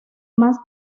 más